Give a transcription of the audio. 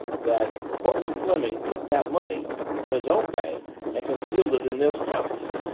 that courtleigh fleming took that money from his own bank and concealed it in this house?